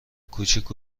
کوچیک